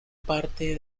parte